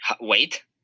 Wait